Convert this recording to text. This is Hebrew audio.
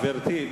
גברתי,